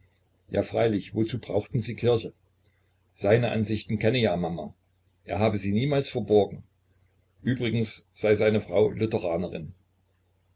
ja freilich wozu brauchten sie kirche seine ansichten kenne ja mama er habe sie niemals verborgen übrigens sei seine frau